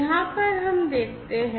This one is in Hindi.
यहाँ पर हम देखते हैं